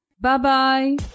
Bye-bye